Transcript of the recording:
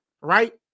right